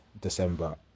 December